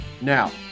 Now